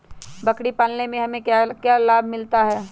बकरी पालने से हमें क्या लाभ मिलता है?